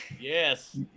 Yes